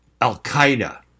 Al-Qaeda